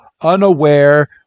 unaware